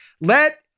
Let